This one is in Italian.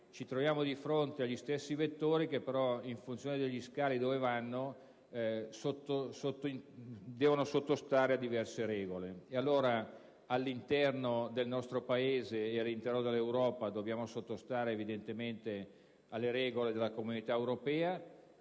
ci troviamo di fronte agli stessi vettori, che però, a seconda degli scali che utilizzano, devono sottostare a diverse regole. All'interno del nostro Paese e dell'Europa, dobbiamo sottostare alle regole della Comunità europea,